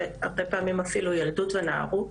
שהרבה פעמים אפילו ילדות ונערות,